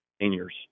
seniors